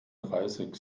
dreißig